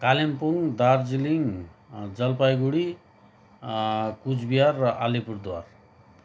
कालिम्पोङ दार्जिलिङ जलपाइगुडी कुचबिहार र अलिपुरद्वार